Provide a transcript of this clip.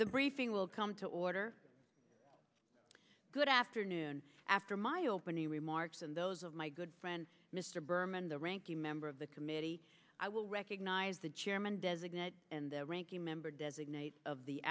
the briefing will come to order good afternoon after my opening remarks and those of my good friends mr berman the ranking member of the committee i will recognize the chairman designate and the ranking member designate of the